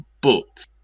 books